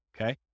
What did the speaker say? Okay